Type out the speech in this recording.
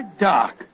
dark